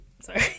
sorry